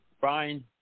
Brian